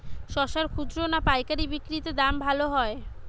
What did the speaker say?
শশার খুচরা না পায়কারী বিক্রি তে দাম ভালো হয়?